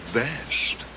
best